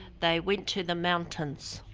they went to the mountains.